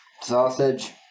Sausage